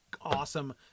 awesome